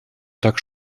так